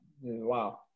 Wow